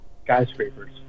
Skyscrapers